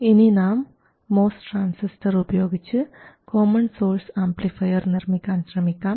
ഇനി നാം P MOS transistor ഉപയോഗിച്ച് കോമൺ സോഴ്സ് ആംപ്ലിഫയർ നിർമ്മിക്കാൻ ശ്രമിക്കാം